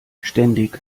ständig